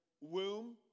womb